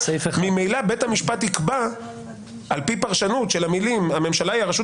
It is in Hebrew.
ממילא בית המשפט יקבע על פי פרשנות של המילים: "הממשלה היא הרשות